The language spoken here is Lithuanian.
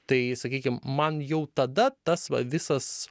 tai sakykim man jau tada tas va visas